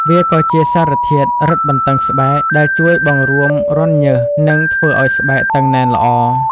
វាក៏ជាសារធាតុរឹតបន្តឹងស្បែក ដែលជួយបង្រួមរន្ធញើស និងធ្វើឲ្យស្បែកតឹងណែនល្អ។